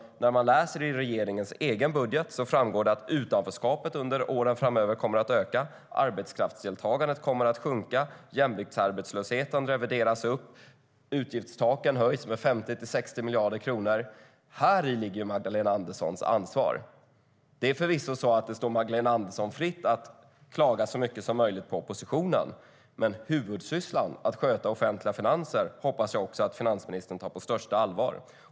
Av regeringens egen budget framgår det att utanförskapet kommer att öka under åren framöver. Arbetskraftsdeltagandet kommer att sjunka. Jämviktsarbetslösheten revideras upp. Utgiftstaken höjs med 50-60 miljarder kronor. Häri ligger Magdalena Anderssons ansvar. Det står förvisso Magdalena Andersson fritt att klaga så mycket som möjligt på oppositionen. Men jag hoppas att finansministern även tar huvudsysslan, att sköta offentliga finanser, på största allvar.